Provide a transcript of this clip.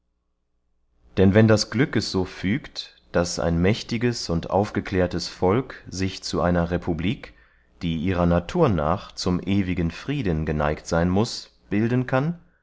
denn wenn das glück es so fügt daß ein mächtiges und aufgeklärtes volk sich zu einer republik die ihrer natur nach zum ewigen frieden geneigt seyn muß bilden kann